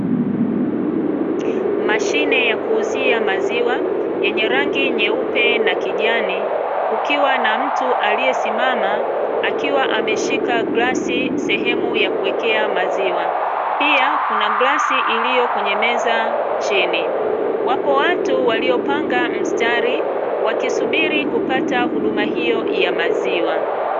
Mashine ya kuuzia maziwa yenye rangi nyeupe na kijani, kukiwa na mtu aliyesimama akiwa ameshika glasi sehemu ya kuwekea maziwa. Pia, kuna glasi iliyo kwenye meza chini. Wapo watu waliopanga mstari wakisubiri kupata huduma hiyo ya maziwa.